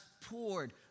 poured